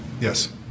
yes